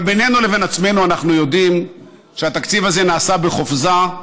אבל בינינו לבין עצמנו אנחנו יודעים שהתקציב הזה נעשה בחופזה,